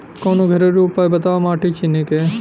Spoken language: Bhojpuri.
कवनो घरेलू उपाय बताया माटी चिन्हे के?